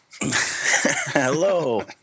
Hello